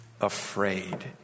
afraid